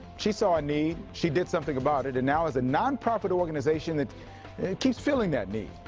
she saw a need, she did something about it, and now as a nonprofit organization that keeps filling that need.